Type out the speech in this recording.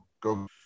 Go